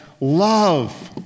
love